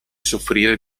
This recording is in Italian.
soffrire